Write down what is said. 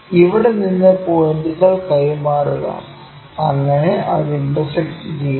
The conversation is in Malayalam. ഇവിടെ നിന്ന് പോയിന്റുകൾ കൈമാറുക അങ്ങനെ അത് ഇന്റർസെക്ക്ട് ചെയ്യുന്നു